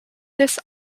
this